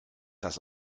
das